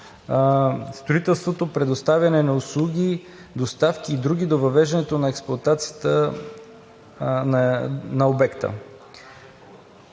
строителство, предоставяне на услуги, доставки и други до въвеждането на експлоатацията на обекта.